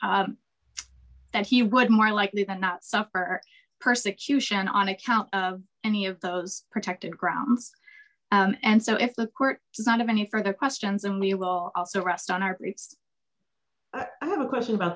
t he would more likely than not suffer persecution on account of any of those protected grounds and so if the court does not have any further questions and we will also rest on our roots i have a question about